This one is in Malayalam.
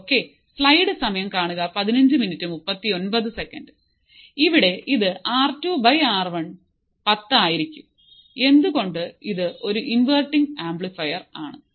ഓക്കേ ഇവിടെ ഇത് R2 R 1 10 ആയിരിക്കും എന്തുകൊണ്ട് ഇത് ഒരു ഇൻവെർട്ടിങ് ആംപ്ലിഫയർ ആണ്